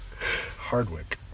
Hardwick